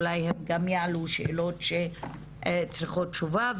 אולי הם גם יעלו שאלות שצריכות תשובה,